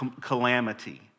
calamity